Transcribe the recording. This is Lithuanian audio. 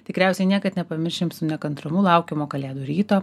tikriausiai niekad nepamiršim su nekantrumu laukiamo kalėdų ryto